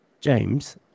James